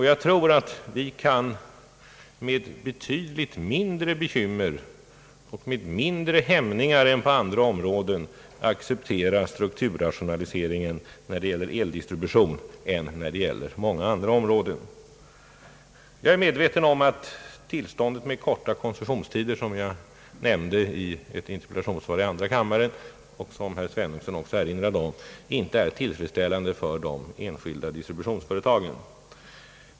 Jag tror att vi med betydligt mindre bekymmer och med mindre hämningar än på många andra områden kan acceptera strukturrationaliseringen när det gäller eldistributionen. Jag är medveten om att systemet med korta koncessionsperioder, som jag nämnde i ett interpellationssvar i andra kammaren och som herr Svenungsson också erinrade om inte är tillfredsställande för de enskilda distributionsföretagen.